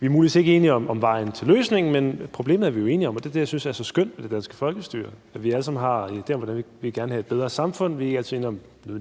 Vi er muligvis ikke enige om vejen til løsningen, men problemet er vi jo enige om. Og det er det, jeg synes er så skønt ved det danske folkestyre: at vi alle sammen har en idé om, at vi gerne vil have et bedre samfund. Vi er ikke nødvendigvis enige